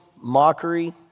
mockery